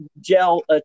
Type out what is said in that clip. gel